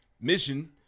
Mission